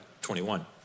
21